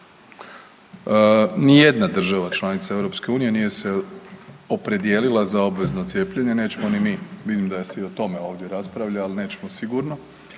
Nijedna država članica EU nije se opredijelila za obvezno cijepljenje nećemo ni mi, vidim da se i o tome raspravlja, ali nećemo sigurno.